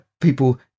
people